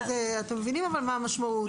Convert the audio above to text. אבל אתם מבינים מה המשמעות?